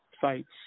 sites